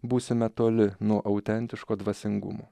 būsime toli nuo autentiško dvasingumo